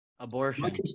Abortion